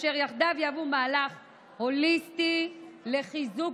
אשר יחדיו יהוו מהלך הוליסטי לחיזוק